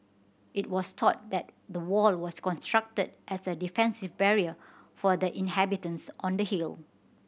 it was thought that the wall was constructed as a defensive barrier for the inhabitants on the hill